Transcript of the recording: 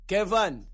Kevin